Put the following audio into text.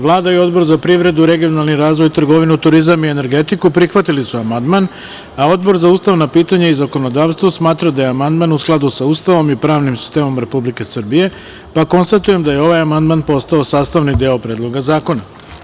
Vlada i Odbor za privredu, regionalni razvoj, trgovinu, turizam i energetiku prihvatili su amandman, a Odbor za ustavna pitanja i zakonodavstvo smatra da je amandman u skladu sa Ustavom i pravnim sistemom Republike Srbije, pa konstatujem da je ovaj amandman postao sastavni deo Predloga zakona.